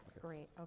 great